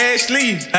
Ashley